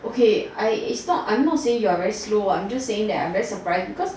okay I it's not I'm not saying you are very slow what I'm just saying I'm very surprised because